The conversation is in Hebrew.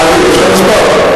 אבי, יש לך מספר?